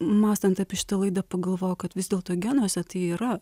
mąstant apie šitą laidą pagalvojau kad vis dėlto genuose tai yra